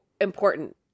important